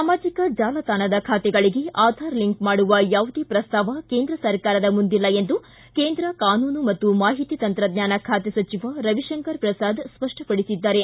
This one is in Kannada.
ಸಾಮಾಜಿಕ ಜಾಲತಾಣದ ಖಾತೆಗಳಗೆ ಆಧಾರ್ ಲಿಂಕ್ ಮಾಡುವ ಯಾವುದೇ ಪ್ರಸ್ತಾವ ಕೇಂದ್ರ ಸರಕಾರದ ಮುಂದಿಲ್ಲ ಎಂದು ಕೇಂದ್ರ ಕಾನೂನು ಮತ್ತು ಮಾಹಿತಿ ತಂತ್ರಜ್ಞಾನ ಖಾತೆ ಸಚಿವ ರವಿಶಂಕರ್ ಪ್ರಸಾದ್ ಸ್ಪಷ್ಟಪಡಿಸಿದ್ದಾರೆ